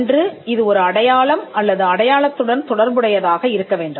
ஒன்றுஇது ஒரு அடையாளம் அல்லது அடையாளத்துடன் தொடர்புடையதாக இருக்க வேண்டும்